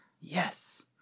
Yes